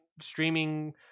streaming